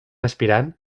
aspirant